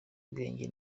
ubwenge